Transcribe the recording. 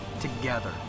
together